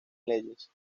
leyes